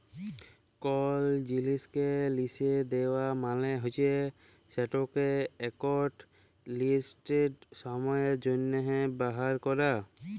call জিলিসকে লিসে দেওয়া মালে হচ্যে সেটকে একট লিরদিস্ট সময়ের জ্যনহ ব্যাভার ক্যরা